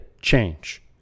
change